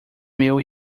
meu